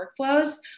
workflows